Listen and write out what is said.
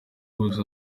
bose